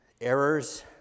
errors